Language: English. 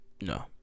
no